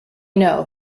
know